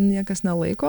niekas nelaiko